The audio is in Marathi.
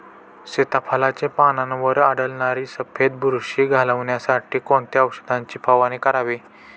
सीताफळाचे पानांवर आढळणारी सफेद बुरशी घालवण्यासाठी कोणत्या औषधांची फवारणी करावी?